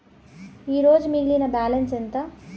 ఈరోజు మిగిలిన బ్యాలెన్స్ ఎంత?